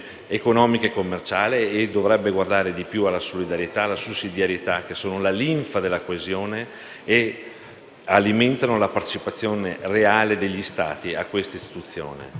economica e commerciale dovendo guardare di più alla solidarietà e sussidiarietà, che sono la linfa della coesione e alimentano la partecipazione reale degli Stati a questa istituzione.